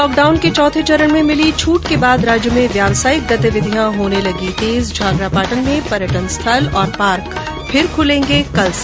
lockdown के चौथे चरण में मिली छट के बाद राज्य में व्यावसायिक गतिविधियां होने लगी तेज झालरापाटन में पर्यटन स्थल और पार्क फिर खुलेंगे कल से